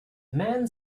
man